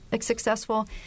successful